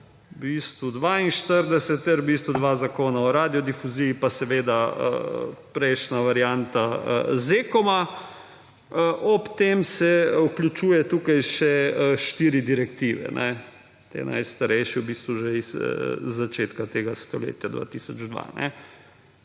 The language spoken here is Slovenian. v bistvu 42, ter v bistvu dva zakona o radiodifuziji pa seveda prejšnja varianta ZEKom. Ob tem se vključuje tukaj še štiri direktive; te najstarejše, v bistvu iz začetka tega stoletja 2002.